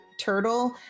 turtle